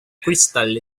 crystal